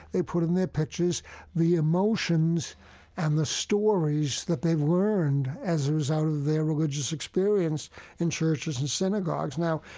they put in their pictures the emotions and the stories that they've learned as a result of their religious experience in churches in synagogues now,